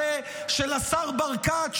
המעשה של השר ברקת,